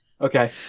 Okay